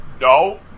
no